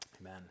amen